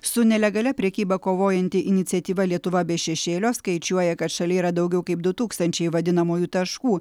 su nelegalia prekyba kovojanti iniciatyva lietuva be šešėlio skaičiuoja kad šalyje yra daugiau kaip du tūkstančiai vadinamųjų taškų